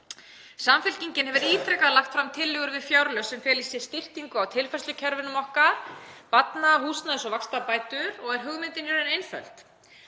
Samfylkingin hefur ítrekað lagt fram tillögur við fjárlög sem fela í sér styrkingu á tilfærslukerfunum okkar; barna-, húsnæðis- og vaxtabætur. Hugmyndin er einföld: